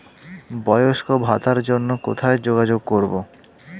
বয়স্ক ভাতার জন্য কোথায় যোগাযোগ করব?